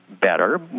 better